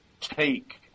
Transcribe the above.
take